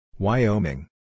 Wyoming